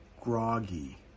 groggy